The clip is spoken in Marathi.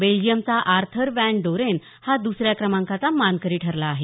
बेल्जिअमचा आर्थर वॅन डोरेन हा दुसऱ्या क्रमांकाचा मानकरी ठरला आहे